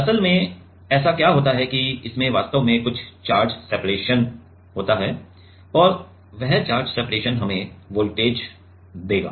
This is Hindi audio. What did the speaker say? असल में ऐसा क्या होता है कि इसमें वास्तव में कुछ चार्ज सेपरेशन होता है और वह चार्ज सेपरेशन हमें वोल्टेज देगा